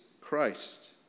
Christ